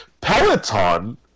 Peloton